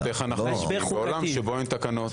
איך אנו חיים בעולם שאין בו תקנות.